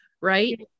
right